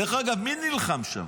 דרך אגב, מי נלחם שם?